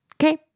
Okay